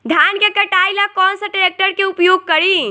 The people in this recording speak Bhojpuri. धान के कटाई ला कौन सा ट्रैक्टर के उपयोग करी?